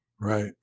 right